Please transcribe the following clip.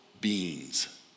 beings